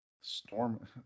storm